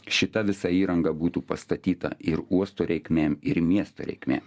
šita visa įranga būtų pastatyta ir uosto reikmėm ir miesto reikmėm